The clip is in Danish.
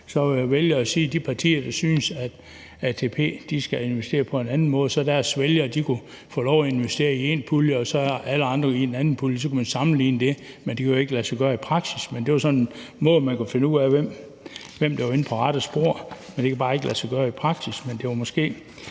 og så vælge at sige, at de partier, der synes, at ATP skal investere på en anden måde, kunne give deres vælgere lov at investere i én pulje og alle andre i en anden pulje, og så kunne man sammenligne det. Det kan jo ikke lade sig gøre i praksis, men det var sådan en måde, hvorpå man kunne finde ud af, hvem der var inde på det rette spor. Det kan bare ikke lade sig gøre i praksis,